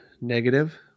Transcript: negative